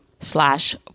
slash